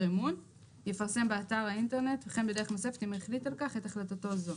אמון יפרסם באתר האינטרנט או בדרך נוספת אם החליט על כך את החלטתו הזאת.